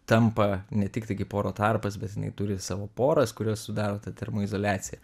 tampa ne tik tai kaip oro tarpas bet jinai turi savo poras kurios sudaro tą termoizoliaciją